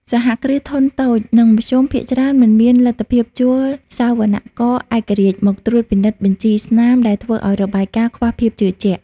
សហគ្រាសធុនតូច និងមធ្យម ភាគច្រើនមិនមានលទ្ធភាពជួល "សវនករឯករាជ្យ" មកត្រួតពិនិត្យបញ្ជីស្នាម ដែលធ្វើឱ្យរបាយការណ៍ខ្វះភាពជឿជាក់។